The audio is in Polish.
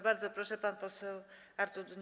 Bardzo proszę, pan poseł Artur Dunin.